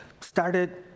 started